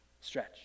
stretch